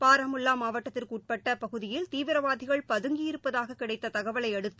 பாராமுல்லாமாவட்டத்திற்குஉட்பட்டபகுதியில் தீவிரவாதிகள் பதுங்கியருப்பதாககிடைத்ததகவலையடுத்து